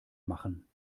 machen